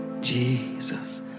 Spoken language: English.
Jesus